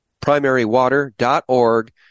primarywater.org